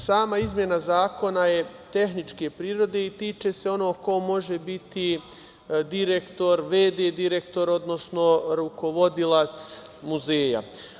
Sama izmena Zakona je tehničke prirode i tiče se onoga ko može biti direktor, v.d. direktor, odnosno rukovodilac muzeja.